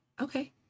Okay